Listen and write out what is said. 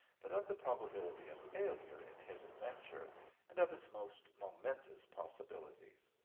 but of the probability of failure in his adventure and of its most momentous possibilities.